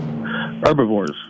Herbivores